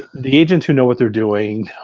the agents who know what they're doing,